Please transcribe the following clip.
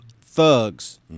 thugs